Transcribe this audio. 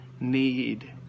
need